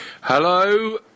Hello